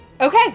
Okay